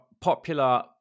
popular